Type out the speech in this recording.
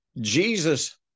Jesus